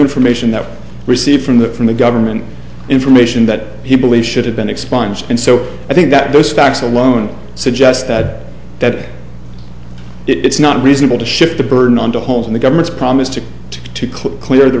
information that we received from that from the government information that he believes should have been expunged and so i think that those facts alone suggest that it's not reasonable to shift the burden on the holes in the government's promise to to clear the